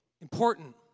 important